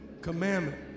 commandment